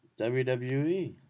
WWE